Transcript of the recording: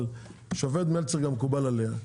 אבל השופט מלצר גם מקובל עליה.